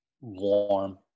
warm